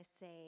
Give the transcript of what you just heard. say